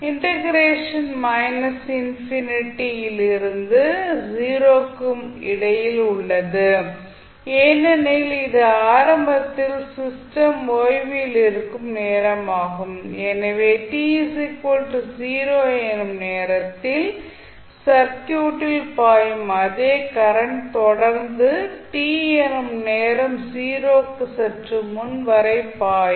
integration minus infinity இல் இருந்து 0 க்கு இடையில் உள்ளது ஏனெனில் இது ஆரம்பத்தில் சிஸ்டம் ஓய்வில் இருக்கும் நேரமாகும் எனவே t 0 எனும் நேரத்தில் சர்க்யூட்டில் பாயும் அதே கரண்ட் தொடர்ந்து t எனும் நேரம் 0 க்கு சற்று முன் வரை பாயும்